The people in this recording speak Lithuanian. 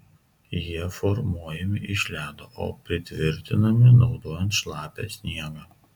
jie formuojami iš ledo o pritvirtinami naudojant šlapią sniegą